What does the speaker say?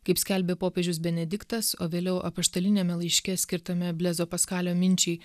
kaip skelbė popiežius benediktas o vėliau apaštaliniame laiške skirtame blezo paskalio minčiai